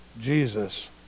Jesus